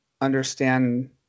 understand